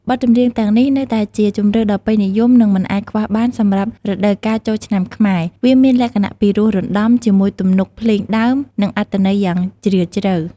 បទចម្រៀងទាំងនេះ នៅតែជាជម្រើសដ៏ពេញនិយម និងមិនអាចខ្វះបានសម្រាប់រដូវកាលចូលឆ្នាំខ្មែរ វាមានលក្ខណៈពីរោះរណ្តំ ជាមួយទំនុកភ្លេងដើម និងអត្ថន័យយ៉ាងជ្រាលជ្រៅ។